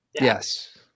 yes